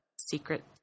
Secret